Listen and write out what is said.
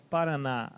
Paraná